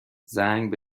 زنگ